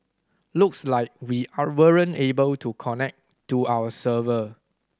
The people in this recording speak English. looks like we are weren't able to connect to our server